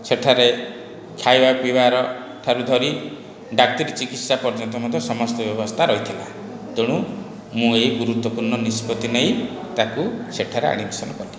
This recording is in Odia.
ସେଠାରେ ଖାଇବା ପିଇବାରଠାରୁ ଧରି ଡାକ୍ତରୀ ଚିକିତ୍ସା ପର୍ଯ୍ୟନ୍ତ ମଧ୍ୟ ସମସ୍ତ ବ୍ୟବସ୍ଥା ରହିଥିଲା ତେଣୁ ମୁଁ ଏହି ଗୁରୁତ୍ଵପୂର୍ଣ ନିଷ୍ପତି ନେଇ ତାକୁ ସେଠାରେ ଆଡ଼ମିସନ୍ କଲି